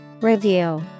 Review